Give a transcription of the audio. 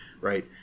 right